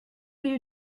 you